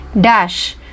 Dash